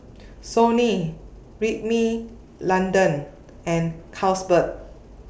Sony Rimmel London and Carlsberg